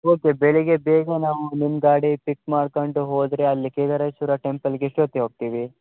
okay ಬೆಳಿಗ್ಗೆ ಬೇಗ ನಾವು ನಿಮ್ಮ ಗಾಡಿ ಪಿಕ್ ಮಾಡ್ಕೊಂಡು ಹೋದರೆ ಅಲ್ಲಿ ಕೇದಾರೇಶ್ವರ ಟೆಂಪಲ್ಗೆ ಎಷ್ಟೊತಿಗೆ ಹೋಗ್ತೀವಿ